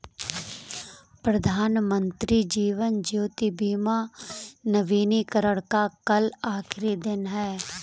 प्रधानमंत्री जीवन ज्योति बीमा नवीनीकरण का कल आखिरी दिन है